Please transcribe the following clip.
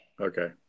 Okay